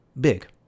big